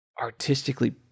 artistically